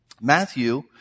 Matthew